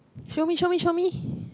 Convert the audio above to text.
show me show me show me